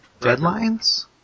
deadlines